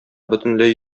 бөтенләй